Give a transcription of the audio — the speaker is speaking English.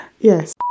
Yes